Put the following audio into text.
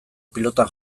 pilotan